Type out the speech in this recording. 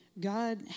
God